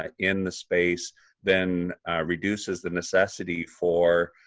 ah in the space then reduces the necessity for